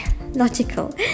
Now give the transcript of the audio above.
logical